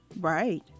Right